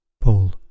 Paul